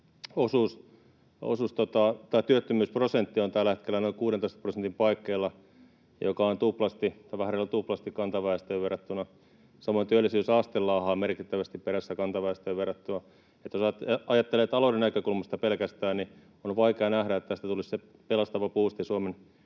työttömyysprosentti on tällä hetkellä noin 16 prosentin paikkeilla, mikä on vähän reilu tuplasti kantaväestöön verrattuna, samoin työllisyysaste laahaa merkittävästi perässä kantaväestöön verrattuna. Jos ajattelee pelkästään talouden näkökulmasta, niin on vaikea nähdä, että tästä tulisi se pelastava buusti Suomen